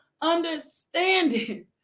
understanding